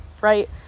right